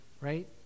right